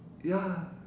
ya